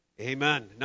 Amen